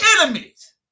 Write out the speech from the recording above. enemies